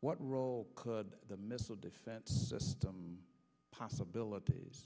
what role could the missile defense system possibilities